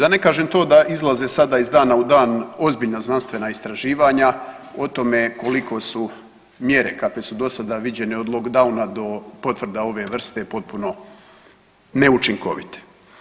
Da ne kažem to da izlaze sada iz dana u dan ozbiljna znanstvena istraživanja o tome koliko su mjere kakve su do sada viđene od lockdowna do potvrda ove vrste potpuno neučinkovite.